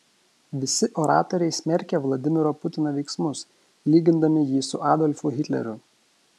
visi oratoriai smerkė vladimiro putino veiksmus lygindami jį su adolfu hitleriu